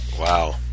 Wow